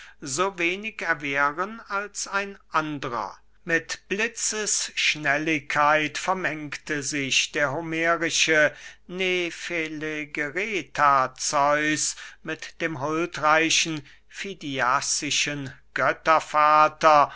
so wenig erwehren als ein andrer mit blitzesschnelligkeit vermengte sich der homerische nefelegereta zeus mit dem huldreichen fidiassischen